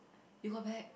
you got back